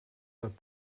out